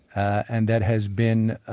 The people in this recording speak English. and that has been